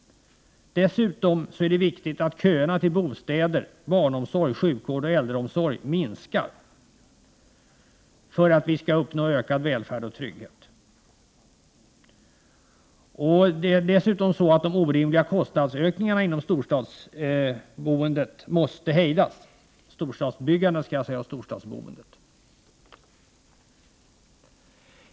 1988/89:100 det viktigt att köerna till bostäder, barnomsorg, sjukvård och äldreomsorg 20 april 1989 minskar för att vi skall uppnå ökad välfärd och trygghet. Det är dessutom så att de orimliga kostnadsökningarna inom storstadsbyggandet och storstadsboendet måste hejdas.